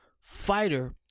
fighter